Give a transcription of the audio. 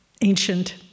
ancient